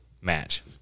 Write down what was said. match